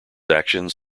actions